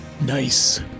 Nice